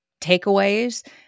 takeaways